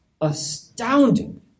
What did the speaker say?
astounding